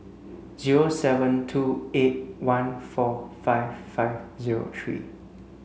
zero seven two eight one four five five zero three